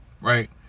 Right